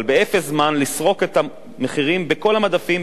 אבל באפס זמן לסרוק את המחירים בכל המדפים,